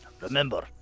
Remember